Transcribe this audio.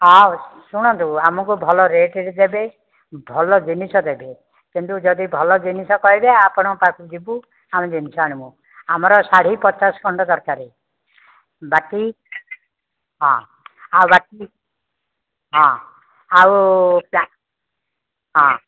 ହଉ ହଁ ଶୁଣନ୍ତୁ ଆମକୁ ଭଲ ରେଟ୍ରେ ଦେବେ ଭଲ ଜିନିଷ ଦେବେ କିନ୍ତୁ ଯଦି ଭଲ ଜିନିଷ କହିବେ ଆପଣଙ୍କ ପାଖକୁ ଯିବୁ ଆମେ ଜିନିଷ ଆଣିବୁ ଆମର ଶାଢ଼ୀ ପଚାଶ ଖଣ୍ଡ ଦରକାର ବାକି ହଁ ଆଉ ବାକି ହଁ ଆଉ ହଁ